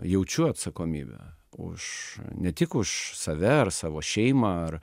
jaučiu atsakomybę už ne tik už save savo šeimą ar